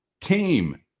team